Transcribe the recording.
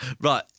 Right